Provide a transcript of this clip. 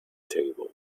table